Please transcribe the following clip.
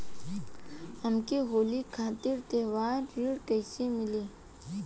हमके होली खातिर त्योहारी ऋण कइसे मीली?